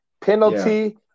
penalty